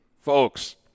Folks